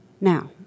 Now